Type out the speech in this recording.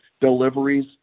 deliveries